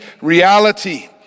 reality